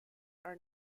are